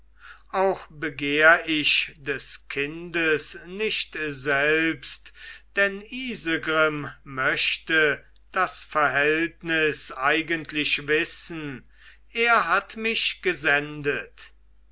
auch begehr ich des kindes nicht selbst denn isegrim möchte das verhältnis eigentlich wissen er hat mich gesendet